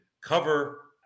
Cover